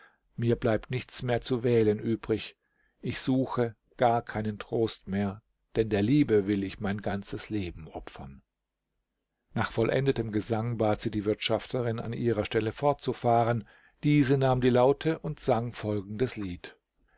mir bleibt nichts mehr zu wählen übrig ich suche gar keinen trost mehr denn der liebe will ich mein ganzes leben opfern nach vollendetem gesang bat sie die wirtschafterin an ihrer stelle fortzufahren diese nahm die laute und sang folgendes lied